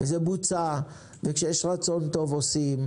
זה בוצע, וכשיש רצון טוב עושים.